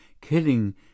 killing